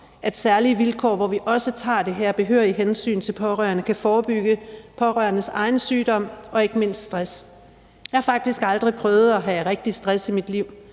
at særlige vilkår, hvor vi også tager det her behørige hensyn til pårørende, kan forebygge pårørendes egen sygdom og ikke mindst stress. Jeg har faktisk aldrig prøvet at have rigtig stress i mit liv,